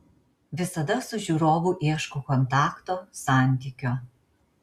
visada su žiūrovu ieškau kontakto santykio